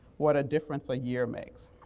what a difference a year makes.